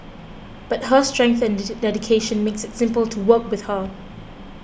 but her strength and dedication makes it simple to work with her